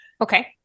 Okay